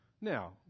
Now